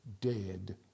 dead